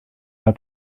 mae